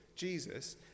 Jesus